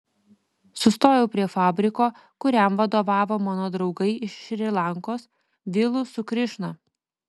sustojau prie fabriko kuriam vadovavo mano draugai iš šri lankos vilu su krišna